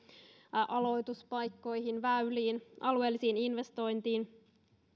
aloituspaikkoihin väyliin alueellisiin investointeihin